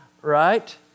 right